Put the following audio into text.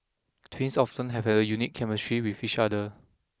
twins often have a unique chemistry with each other